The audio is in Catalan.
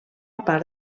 part